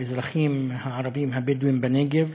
האזרחים הערבים הבדואים בנגב,